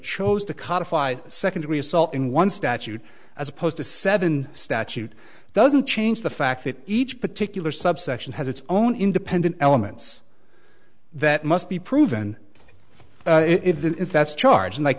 codified second degree assault in one statute as opposed to seven statute doesn't change the fact that each particular subsection has its own independent elements that must be proven if then if that's charged like